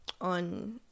on